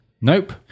Nope